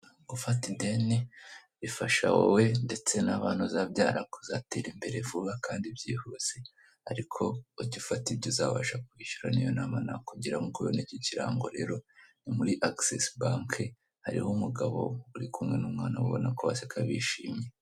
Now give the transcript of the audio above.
Gufata ideni bifasha wowe ndetse n'abana uzabyara kuzatera imbere vuba kandi byihuse, ariko ujye ufate iryo uzabasha kwishyura niyo nama kugira, nk'uko ubibona iki kirangoro muri agisesi banki hariho umugabo uri kumwe n'umwana ubona ko baseka bishimye.